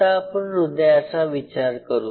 आता आपण हृदयाचा विचार करू